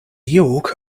york